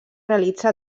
realitza